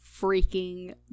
freaking